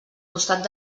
costat